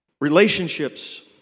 Relationships